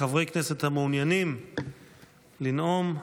חברי כנסת המעוניינים לנאום